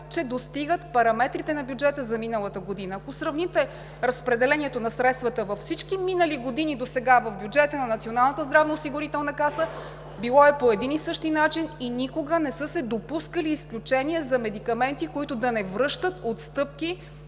че достигат параметрите на бюджета за миналата година. Ако сравните разпределението на средствата във всички минали години досега в бюджета на Националната здравноосигурителна каса, било е по един и същи начин и никога не са се допускали изключения за медикаменти, които да не връщат отстъпки